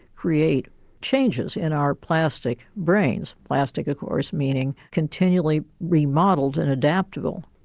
create changes in our plastic brains, plastic of course meaning continually remodelled and adaptable.